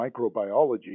microbiology